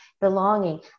belonging